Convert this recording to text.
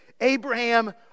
Abraham